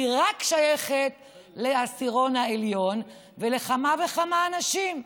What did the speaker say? היא רק שייכת לעשירון העליון ולכמה וכמה אנשים.